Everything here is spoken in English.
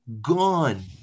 Gone